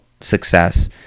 success